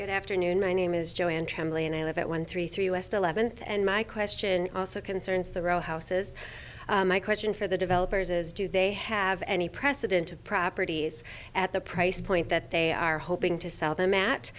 good afternoon my name is joanne trembly and i live at one thirty three west eleventh and my question also concerns the row houses my question for the developers is do they have any precedent of properties at the price point that they are hoping to sell the mat